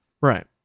Right